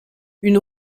une